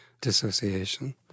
dissociation